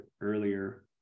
earlier